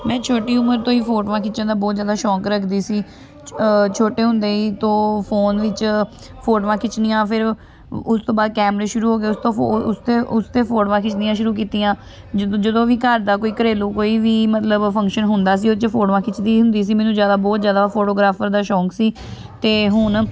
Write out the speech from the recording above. ਮੈਂ ਛੋਟੀ ਉਮਰ ਤੋਂ ਹੀ ਫੋਟੋਆਂ ਖਿੱਚਣ ਦਾ ਬਹੁਤ ਜ਼ਿਆਦਾ ਸ਼ੌਕ ਰੱਖਦੀ ਸੀ ਛੋਟੇ ਹੁੰਦੇ ਹੀ ਤੋਂ ਫ਼ੋਨ ਵਿੱਚ ਫੋਟੋਆਂ ਖਿੱਚਣੀਆਂ ਫੇਰ ਉਸ ਤੋਂ ਬਾਅਦ ਕੈਮਰੇ ਸ਼ੁਰੂ ਹੋ ਗਏ ਉਸ ਤੋਂ ਫੋ ਉਸ 'ਤੇ ਉਸ 'ਤੇ ਫੋਟੋਆਂ ਖਿੱਚਣੀਆਂ ਸ਼ੁਰੂ ਕੀਤੀਆਂ ਜਦੋਂ ਜਦੋਂ ਵੀ ਘਰ ਦਾ ਕੋਈ ਘਰੇਲੂ ਕੋਈ ਵੀ ਮਤਲਬ ਫੰਕਸ਼ਨ ਹੁੰਦਾ ਸੀ ਉਹ 'ਚ ਫੋਟੋਆਂ ਖਿੱਚਦੀ ਹੁੰਦੀ ਸੀ ਮੈਨੂੰ ਜ਼ਿਆਦਾ ਬਹੁਤ ਜ਼ਿਆਦਾ ਫੋਟੋਗ੍ਰਾਫਰ ਦਾ ਸ਼ੌਕ ਸੀ ਅਤੇ ਹੁਣ